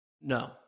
no